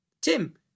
Tim